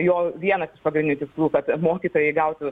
jo vienas iš pagrindinių tikslų kad mokytojai gautų